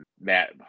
Matt